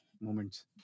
moments